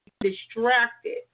distracted